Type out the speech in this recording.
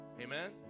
Amen